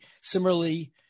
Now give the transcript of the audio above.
similarly